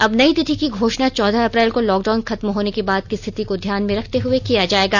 अब नई तिथि की घोषणा चौदह अप्रैल को लॉकडाउन खत्म होने के बाद की स्थिति को ध्यान में रखते हुए किया जाएगा